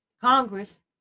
Congress